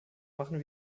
machen